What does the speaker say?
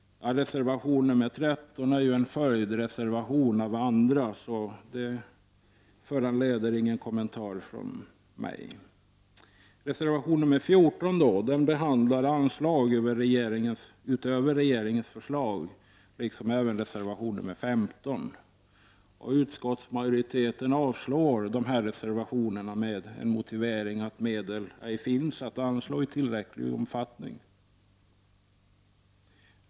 Reservation nr 13 är en följdreservation av andra och föranleder ingen kommentar från mig. Reservation nr 14 behandlar anslag utöver regeringens förslag liksom även reservation nr 15. Utskottsmajoriteten avstyrker reservationerna med motiveringen att medel ej finns att anslå i tillräcklig omfattning.